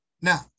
now